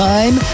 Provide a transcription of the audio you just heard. Time